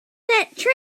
transmitter